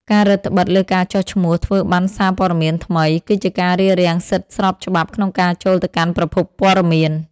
ការរឹតត្បិតលើការចុះឈ្មោះធ្វើប័ណ្ណសារព័ត៌មានថ្មី គឺជាការរារាំងសិទ្ធិស្របច្បាប់ក្នុងការចូលទៅកាន់ប្រភពព័ត៌មាន។